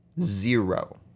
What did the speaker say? Zero